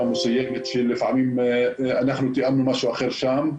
מסוימת כשאנחנו תיאמנו משהו אחר שם.